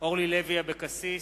אורלי לוי אבקסיס,